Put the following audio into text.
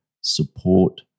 support